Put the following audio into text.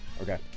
Okay